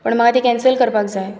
पण म्हाका ती कॅन्सल करपाक जाय